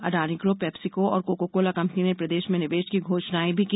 Adani group PepsiCo और Coca Cola company ने प्रदेश में निवेश की घोषणाएँ भी की